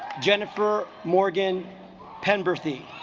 jennifer morgan penberthy